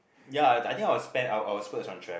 ya I I think I'll spend I'll I'll spurge on